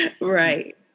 right